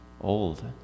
old